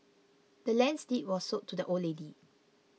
the land's deed was sold to the old lady